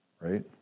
right